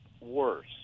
worse